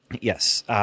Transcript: Yes